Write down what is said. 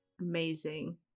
amazing